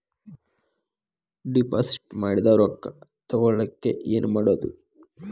Deposit ಮಾಡಿದ ರೊಕ್ಕ ತಗೋಳಕ್ಕೆ ಏನು ಮಾಡೋದು?